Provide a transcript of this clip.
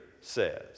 says